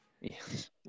Yes